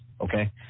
okay